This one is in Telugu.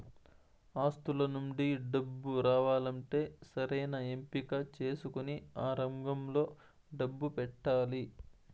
ఆస్తుల నుండి డబ్బు రావాలంటే సరైన ఎంపిక చేసుకొని ఆ రంగంలో డబ్బు పెట్టాలి